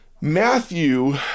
Matthew